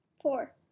Four